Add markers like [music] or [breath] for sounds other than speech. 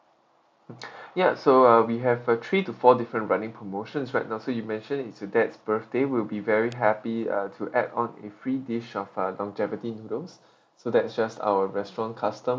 [noise] [breath] ya so uh we have uh three to four different running promotions right now so you mentioned it's your dad's birthday we'll be very happy uh to add on a free dish of a longevity noodles [breath] so that's just our restaurant custom